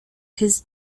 his